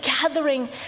gathering